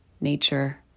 nature